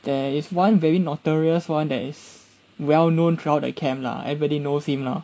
there is one very notorious one that is well known throughout the camp lah everybody knows him lah